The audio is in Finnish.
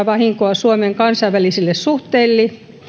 suomen kansainvälisille suhteille